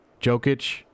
Jokic